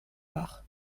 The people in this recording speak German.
bach